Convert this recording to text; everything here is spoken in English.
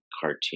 cartoon